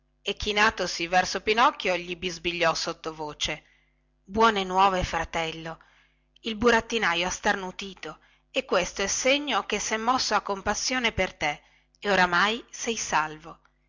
e chinatosi verso pinocchio gli bisbigliò sottovoce buone nuove fratello il burattinaio ha starnutito e questo è segno che sè mosso a compassione per te e oramai sei salvo